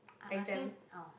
I asking orh